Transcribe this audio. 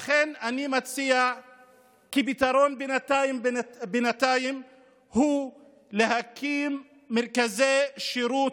לכן אני מציע כפתרון ביניים להקים מרכזי שירות